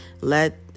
let